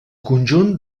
conjunt